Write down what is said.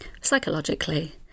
psychologically